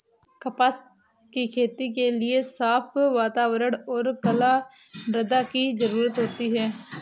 कपास की खेती के लिए साफ़ वातावरण और कला मृदा की जरुरत होती है